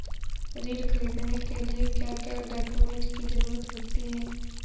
ऋण ख़रीदने के लिए क्या क्या डॉक्यूमेंट की ज़रुरत होती है?